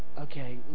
Okay